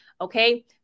Okay